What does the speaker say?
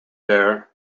there